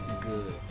good